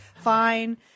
fine